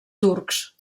turcs